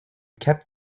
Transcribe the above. kept